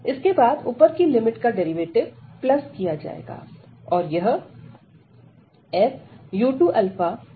इसके बाद ऊपर की लिमिट का डेरिवेटिव प्लस किया जाएगा